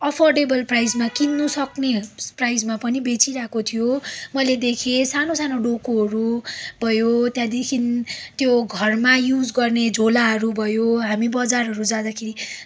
affordable प्राइसमा किन्नसक्ने प्राइसमा पनि बेचिरहेको थियो मैले देखेँ सानो सानो डोकोहरू भयो त्यहाँदेखि त्यो घरमा युज गर्ने झोलाहरू भयो हामी बजारहरू जाँदाखेरि